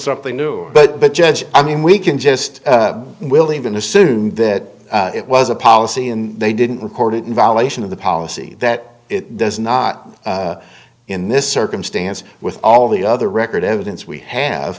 something new but the judge i mean we can just willy even assume that it was a policy and they didn't record it in violation of the policy that it does not in this circumstance with all the other record evidence we have